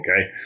Okay